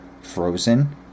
Frozen